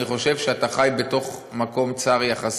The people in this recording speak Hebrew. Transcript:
אז אני אגיד לך שאני חושב שאתה חי בתוך מקום צר יחסית,